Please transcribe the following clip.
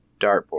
dartboard